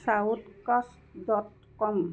shout cast dot com